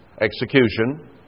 execution